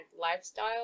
lifestyle